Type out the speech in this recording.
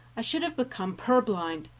i should have become purblind,